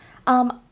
um